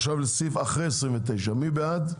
עכשיו לאחרי סעיף 29. מי בעד?